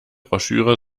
broschüre